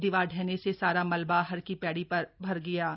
दीवार ढहने से सारा मलबा हरकी पैड़ी पर भर गया है